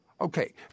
Okay